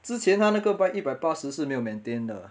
之前他那个 bike 一百八十是没有 maintain 的